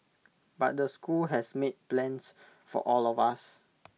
but the school has made plans for all of us